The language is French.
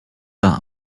par